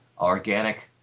organic